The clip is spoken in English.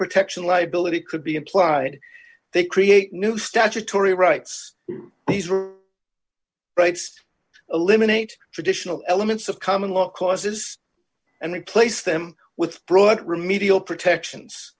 protection liability could be applied they create new statutory rights these are rights eliminate traditional elements of common law causes and replace them with broad remedial protections